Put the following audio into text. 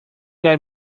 get